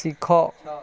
ଶିଖ